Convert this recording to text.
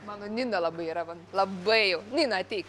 mano nina labai yra va labai jau nina ateik